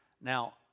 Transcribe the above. Now